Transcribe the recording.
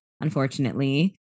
unfortunately